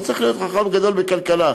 לא צריך להיות חכם גדול בכלכלה: